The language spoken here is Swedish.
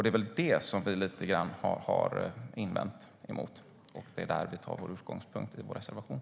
Det är det vi lite grann har invänt mot, och det är där vi tar vår utgångspunkt i reservationen.